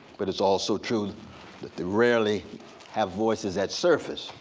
but it's also true that they rarely have voices that surface.